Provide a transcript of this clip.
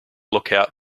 lookout